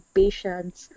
patience